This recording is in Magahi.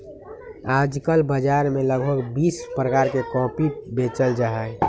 आजकल बाजार में लगभग बीस प्रकार के कॉफी बेचल जाहई